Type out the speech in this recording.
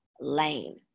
lane